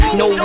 no